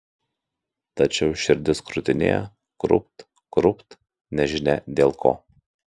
tačiau širdis krūtinėje krūpt krūpt nežinia dėl ko